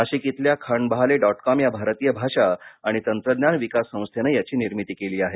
नाशिक इथल्या Khandbahale dot com या भारतीय भाषा आणि तंत्रज्ञान विकास संस्थेने याची निर्मिती केली आहे